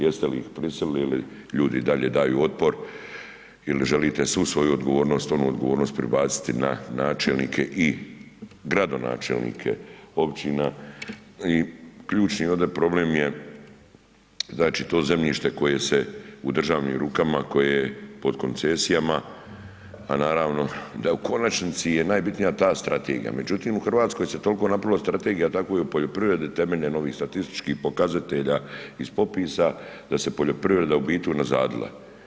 Jeste li prisilili ljudi i dalje daju otpor ili želite svu svoju odgovornost, prebaciti na načelnike i gradonačelnike općina i ključni ovdje problem je, znači to zemljište koje se u državnim rukama, koje je pod koncesijama, a naravno da u konačnici je najbitnija ta strategija, međutim u Hrvatskoj se toliko napravilo strategija, tako i u poljoprivredi, temeljem ovih statističkih pokazatelja iz popisa, da se poljoprivreda u bit unazadila.